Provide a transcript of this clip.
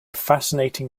fascinating